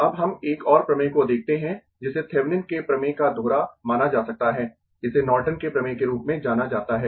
अब हम एक और प्रमेय को देखते है जिसे थेविनिन के प्रमेय का दोहरा माना जा सकता है इसे नॉर्टन के प्रमेय के रूप में जाना जाता है